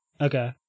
Okay